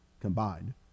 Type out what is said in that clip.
combined